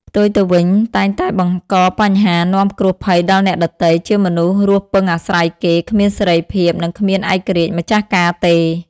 ផ្ទុយទៅវិញតែងតែបង្កបញ្ហា នាំគ្រោះភ័យដល់អ្នកដទៃ ជាមនុស្សរស់ពឹងអាស្រ័យគេ គ្មានសេរីភាព និងគ្មានឯករាជ្យម្ចាស់ការទេ ។